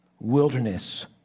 wilderness